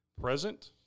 present